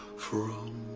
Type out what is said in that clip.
from